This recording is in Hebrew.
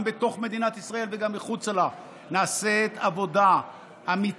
גם בתוך מדינת ישראל וגם מחוצה לה נעשית עבודה אמיתית,